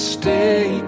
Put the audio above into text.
stay